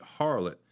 harlot